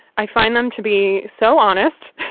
i find them to be so honest,